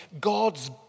God's